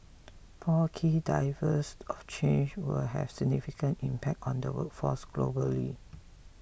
four key drivers of change will have significant impact on the workforce globally